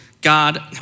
God